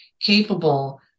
capable